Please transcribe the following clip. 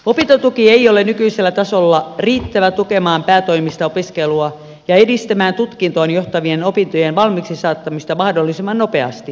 opintotuki ei ole nykyisellä tasolla riittävä tukemaan päätoimista opiskelua ja edistämään tutkintoon johtavien opintojen valmiiksi saattamista mahdollisimman nopeasti